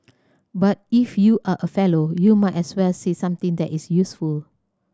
but if you are a Fellow you might as well say something that is useful